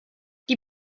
die